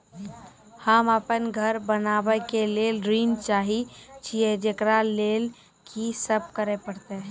होम अपन घर बनाबै के लेल ऋण चाहे छिये, जेकरा लेल कि सब करें परतै?